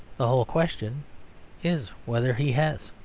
the whole question is whether he has.